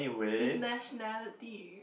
is nationality